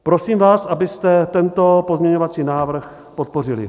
Prosím vás, abyste tento pozměňovací návrh podpořili.